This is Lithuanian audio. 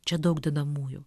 čia daug dedamųjų